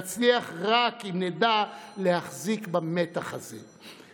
נצליח רק אם נדע להחזיק במתח הזה,